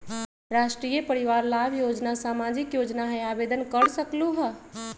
राष्ट्रीय परिवार लाभ योजना सामाजिक योजना है आवेदन कर सकलहु?